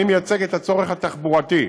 אני מייצג את הצורך התחבורתי,